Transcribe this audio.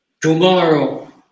tomorrow